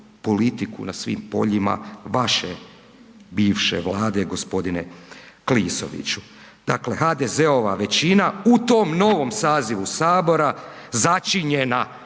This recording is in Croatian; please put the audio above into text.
na svim poljima vaše bivše Vlade g. Klisoviću. Dakle, HDZ-ova većina u tom novom sazivu HS začinjena,